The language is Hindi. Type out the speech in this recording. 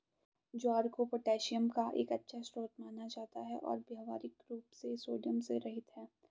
ज्वार को पोटेशियम का एक अच्छा स्रोत माना जाता है और व्यावहारिक रूप से सोडियम से रहित है